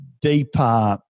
deeper